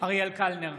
אריאל קלנר,